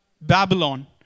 Babylon